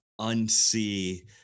unsee